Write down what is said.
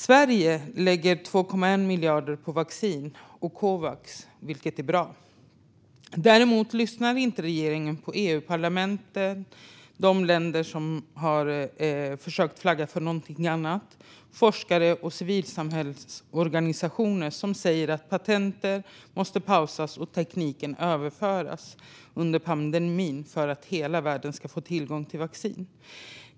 Sverige lägger 2,1 miljarder på vaccin och Covax, vilket är bra. Däremot lyssnar regeringen inte på EU-parlamentet, de länder som har försökt flagga för någonting annat, forskare och civilsamhällesorganisationer, som säger att patent måste pausas och tekniken överföras under pandemin för att hela världen ska få tillgång till vaccin.